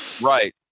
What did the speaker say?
Right